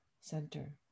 center